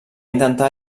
intentar